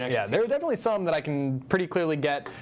yeah, there are definitely some that i can pretty clearly get.